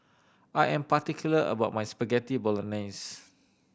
I am particular about my Spaghetti Bolognese